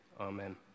Amen